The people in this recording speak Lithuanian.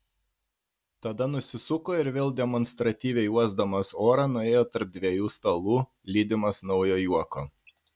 tada nusisuko ir vėl demonstratyviai uosdamas orą nuėjo tarp dviejų stalų lydimas naujo juoko